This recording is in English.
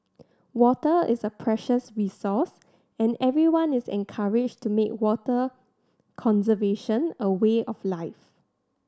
water is a precious resource and everyone is encouraged to make water conservation a way of life